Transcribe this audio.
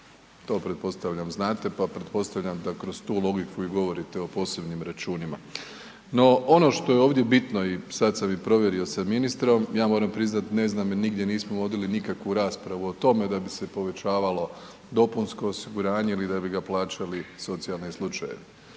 to pretpostavljam znate pa pretpostavljam da kroz tu logiku i govorite o posebnim računima. No ono što je ovdje bitno i sad sam i provjerio sa ministrom, ja moram priznati ne znam jer nigdje nismo vodili nikakvu raspravu o tome da bi se povećavalo dopunsko osiguranje ili da bi ga plaćali socijalni slučajevi.